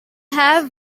had